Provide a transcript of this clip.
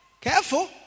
Careful